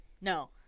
No